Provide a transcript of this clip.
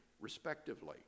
respectively